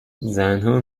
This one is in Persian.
زنها